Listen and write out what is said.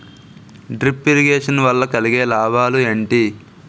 Drip irrigation వల్ల కలిగే లాభాలు ఏంటి?